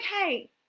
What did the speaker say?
okay